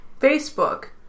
Facebook